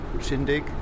shindig